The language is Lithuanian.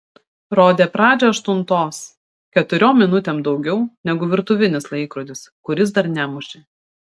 rodė pradžią aštuntos keturiom minutėm daugiau negu virtuvinis laikrodis kuris dar nemušė